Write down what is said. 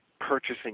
purchasing